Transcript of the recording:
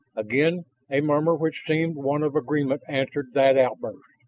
again a murmur which seemed one of agreement answered that outburst.